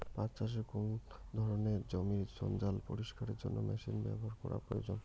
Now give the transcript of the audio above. পাট চাষে কোন ধরনের জমির জঞ্জাল পরিষ্কারের জন্য মেশিন ব্যবহার করা প্রয়োজন?